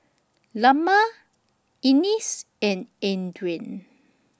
Lemma Ennis and Adrien